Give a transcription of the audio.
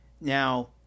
Now